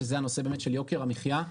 שזה הנושא של יוקר המחיה.